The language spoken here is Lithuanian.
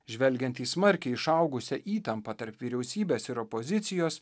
žvelgiant į smarkiai išaugusią įtampą tarp vyriausybės ir opozicijos